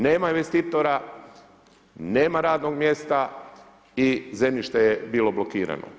Nema investitora, nema radnog mjesta i zemljište je bilo blokirano.